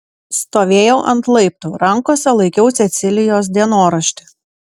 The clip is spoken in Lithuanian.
stovėjau ant laiptų rankose laikiau cecilijos dienoraštį